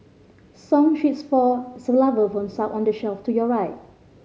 song sheets for xylophones are on the shelf to your right